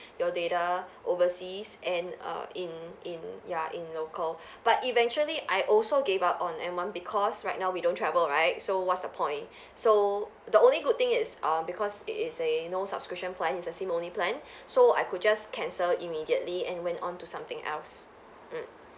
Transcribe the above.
your data overseas and err in in yeah in local but eventually I also gave up on M one because right now we don't travel right so what's the point so the only good thing is err because it is a you know subscription plans it's a SIM only plan so I could just cancel immediately and went on to something else mm